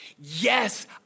Yes